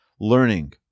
learning